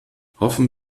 hoffen